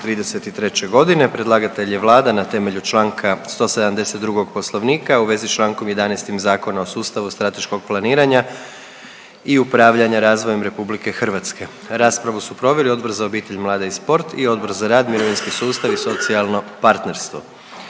do 2033.g. Predlagatelj je Vlada na temelju čl. 172. Poslovnika u vezi s čl. 11. Zakona o sustavu strateškog planiranja i upravljanjem razvojem RH. Raspravu su proveli Odbor za obitelj, mlade i sport i Odbor za rad, mirovinski sustav i socijalno partnerstvo.